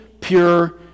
pure